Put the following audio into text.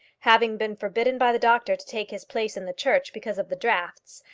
having been forbidden by the doctor to take his place in the church because of the draughts,